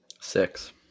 Six